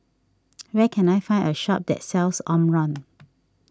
where can I find a shop that sells Omron